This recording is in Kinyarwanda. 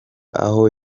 aho